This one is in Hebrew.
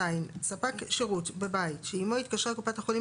(ז)ספק שירות בבית שעמו התקשרה קופת החולים